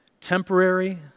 temporary